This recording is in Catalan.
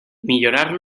millorar